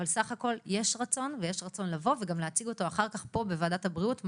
אבל בסך הכול יש רצון וגם יש רצון לבוא ולהציג את זה פה בוועדת הבריאות.